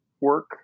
work